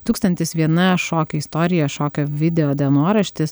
tūkstantis viena šokio istorija šokio video dienoraštis